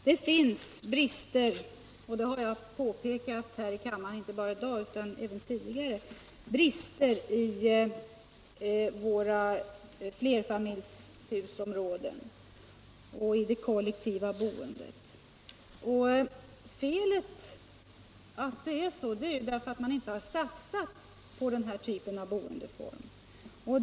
Herr talman! Det finns brister — och det har jag påpekat här i kammaren inte bara i dag utan även tidigare — i våra flerfamiljshusområden och i det kollektiva boendet. Anledningen är ju att man inte har satsat på denna boendeform.